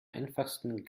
einfachsten